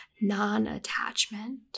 non-attachment